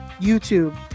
YouTube